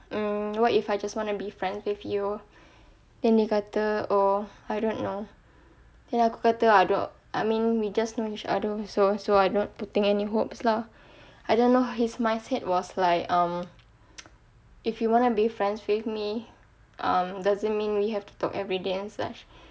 mm what if I just wanna be friends with you then dia kata oh I don't know then aku kata I mean we just know each other so so I not putting any hopes lah I don't know his mindset was like um if you want to be friends with me um doesn't mean we have to talk everyday and such